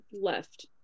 left